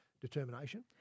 determination